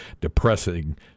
depressing